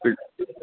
ਜੀ